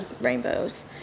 rainbows